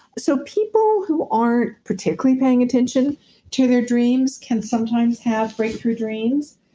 so, people who aren't particularly paying attention to their dreams can sometimes have breakthrough dreams.